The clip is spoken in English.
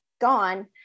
gone